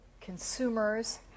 consumers